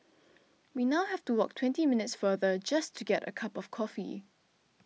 we now have to walk twenty minutes farther just to get a cup of coffee